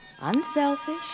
unselfish